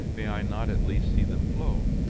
may i not, at least, see them flow?